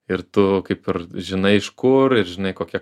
ir tu kaip ir žinai iš kur ir žinai kokia